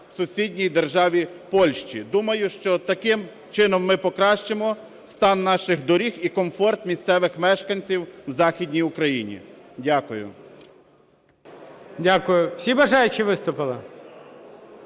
Дякую. Всі бажаючі виступили?